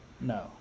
No